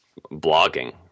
blogging